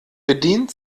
bedient